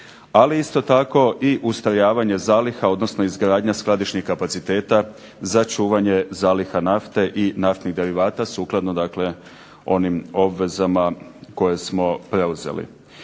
ali isto tako i ustrojavanje zaliha, odnosno izgradnja skladišnih kapaciteta za čuvanje zaliha nafte i naftnih derivata sukladno dakle onim obvezama koje smo preuzeli.